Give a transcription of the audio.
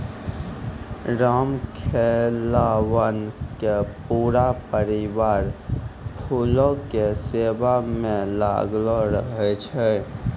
रामखेलावन के पूरा परिवार फूलो के सेवा म लागलो रहै छै